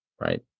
right